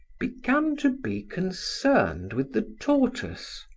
began to be concerned with the tortoise.